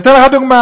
ואני אתן לך דוגמה,